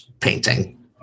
painting